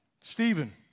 Stephen